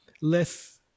less